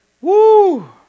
Woo